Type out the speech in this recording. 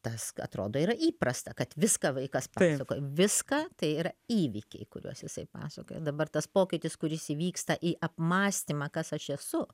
tas atrodo yra įprasta kad viską vaikas pasakoja viską tai yra įvykiai kuriuos jisai pasakoja dabar tas pokytis kuris įvyksta į apmąstymą kas aš esu